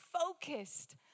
focused